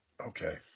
Okay